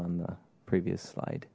on the previous slide